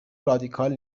رادیکال